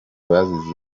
bazizi